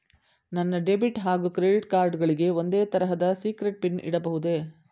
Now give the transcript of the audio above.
ನನ್ನ ಡೆಬಿಟ್ ಹಾಗೂ credit card ಗಳಿಗೆ ಒಂದೇ ತರಹದ ಸೀಕ್ರೇಟ್ ಪಿನ್ ಇಡಬಹುದೇ?